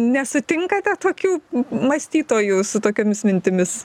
nesutinkate tokių mąstytojų su tokiomis mintimis